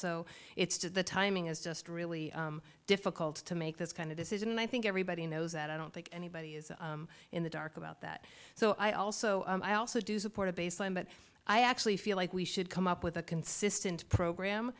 so it's just the timing is just really difficult to make this kind of decision and i think everybody knows that i don't think anybody is in the dark about that so i also i also do support a baseline but i actually feel like we should come up with a consistent program